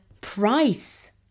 price